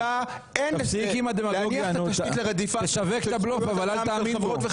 תשווק את הבלוף אבל אל תאמין בו.